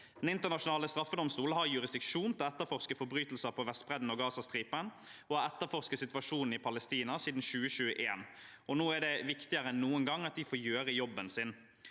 Den internasjonale straffedomstolen har jurisdiksjon til å etterforske forbrytelser på Vestbredden og Gazastripen og har etterforsket situasjonen i Palestina siden 2021. Nå er det viktigere enn noen gang at den får gjøre jobben sin.